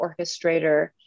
orchestrator